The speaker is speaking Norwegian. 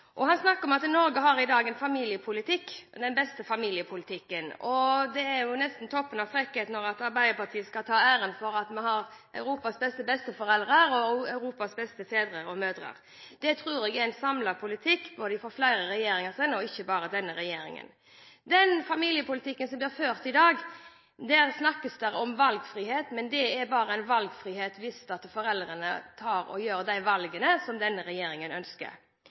Han snakker om at Norge i dag har den beste familiepolitikken. Det er nesten toppen av frekkhet når Arbeiderpartiet skal ta æren for at vi har verdens beste besteforeldre og også verdens beste fedre og mødre. Det tror jeg er en samlet politikk fra flere regjeringer og ikke bare fra denne regjeringen. I den familiepolitikken som blir ført i dag, snakkes det om valgfrihet, men det er bare en valgfrihet hvis foreldrene tar de valgene som denne regjeringen ønsker.